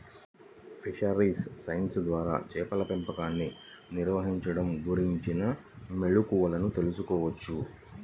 fisheries science ద్వారా చేపల పెంపకాన్ని నిర్వహించడం గురించిన మెళుకువలను తెల్సుకోవచ్చు